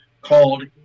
called